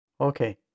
okay